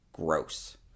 gross